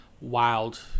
wild